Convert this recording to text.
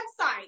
website